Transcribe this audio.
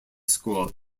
school